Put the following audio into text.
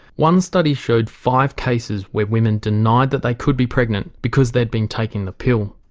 one study showed five cases where women denied that they could be pregnant because they'd been taking the pill.